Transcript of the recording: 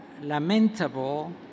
lamentable